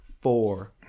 four